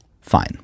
fine